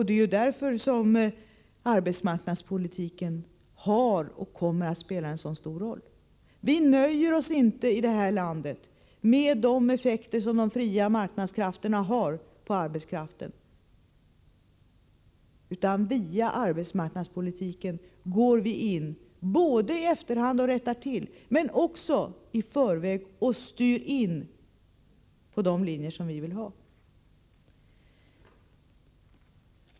Det är ju därför som arbetsmarknadspolitiken har spelat och kommer att spela en så stor roll. Vi nöjer oss inte i det här landet med de effekter som de fria marknadskrafterna har på arbetskraften. Med hjälp av arbetsmarknadspolitiken rättar vi till i efterhand, men vi styr också i förväg in på den väg som vi vill gå.